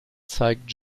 zeigt